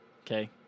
okay